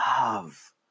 Love